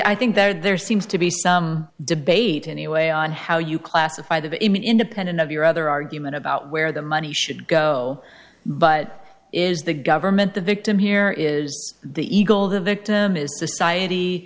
i think that there seems to be some debate anyway on how you classify the same independent of your other argument about where the money should go but is the government the victim here is the eagle the victim is society